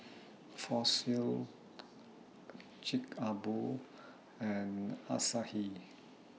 Fossil Chic A Boo and Asahi